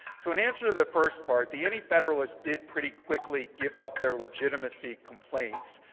so in answer to the first part the antifederalists did pretty quickly give up their legitimacy complaints.